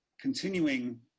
continuing